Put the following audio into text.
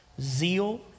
Zeal